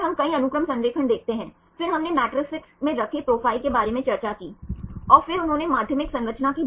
तो यही कारण है कि हमें हेलिक्स नाम मिलता है और ग्रीक का पहला अक्षर अल्फा है